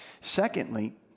Secondly